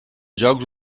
jocs